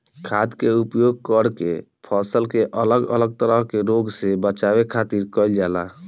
खाद्य के उपयोग करके फसल के अलग अलग तरह के रोग से बचावे खातिर कईल जाला